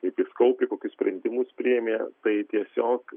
kaip jis kaupė kokius sprendimus priėmė tai tiesiog